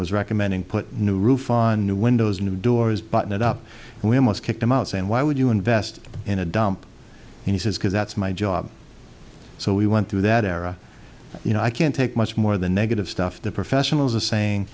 was recommending put new roof on new windows new doors button it up and we must kick them out saying why would you invest in a dump he says because that's my job so we went through that era you know i can't take much more the negative stuff the professionals are saying